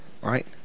Right